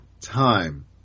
time